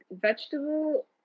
vegetable